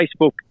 Facebook